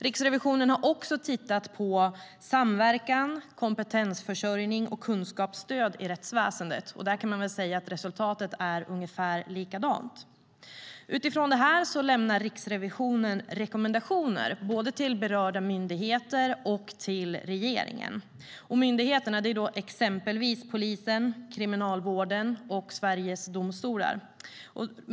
Riksrevisionen har även tittat på samverkan, kompetensförsörjning och kunskapsstöd i rättsväsendet. Där kan man säga att resultatet är ungefär likadant. Utifrån dessa genomgångar lämnar Riksrevisionen rekommendationer både till berörda myndigheter och till regeringen. Bland myndigheterna finns exempelvis polisen, Kriminalvården och Sveriges domstolar.